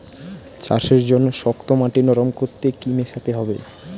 চাষের জন্য শক্ত মাটি নরম করতে কি কি মেশাতে হবে?